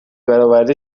برآورده